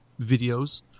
videos